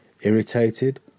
irritated